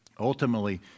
ultimately